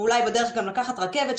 ואולי גם לקחת רכבת בדרך,